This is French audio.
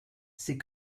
c’est